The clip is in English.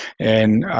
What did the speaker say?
and